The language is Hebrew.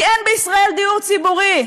כי אין בישראל דיור ציבורי,